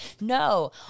no